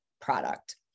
product